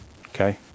okay